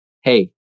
hey